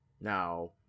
Now